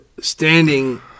standing